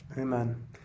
amen